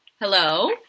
Hello